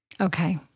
Okay